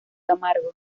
camargo